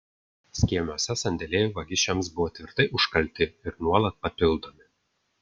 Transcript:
skėmiuose sandėliai vagišiams buvo tvirtai užkalti ir nuolat papildomi